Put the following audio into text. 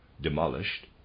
Demolished